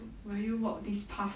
will you walk this path